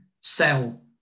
sell